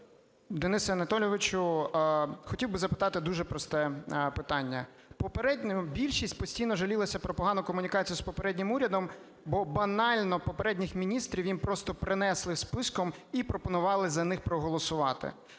Денисе Анатолійовичу, хотів би запитати дуже просте питання. Попередня більшість постійно жалілася про погану комунікацію з попереднім урядом, бо банально попередніх міністрів їм просто принесли списком і пропонували за них проголосувати.